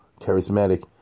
charismatic